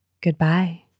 Goodbye